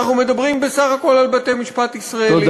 אנחנו מדברים בסך הכול על בתי-משפט ישראליים,